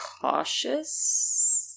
cautious